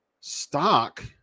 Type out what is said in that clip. stock